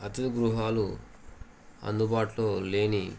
అథిది గృహాలు అందుబాటులో లేని